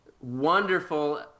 wonderful